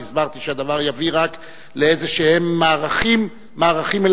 והסברתי שהדבר יביא רק לאיזשהם מערכים מלאכותיים.